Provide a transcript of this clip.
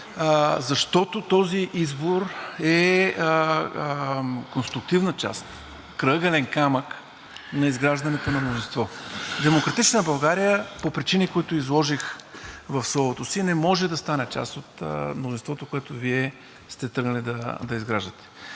Защото този избор е конструктивна част, крайъгълен камък на изграждането на мнозинство. „Демократична България“ по причини, които изложих в словото си, не може да стане част от мнозинството, което Вие сте тръгнали да изграждате.